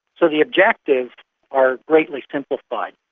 so the objectives are greatly simplified,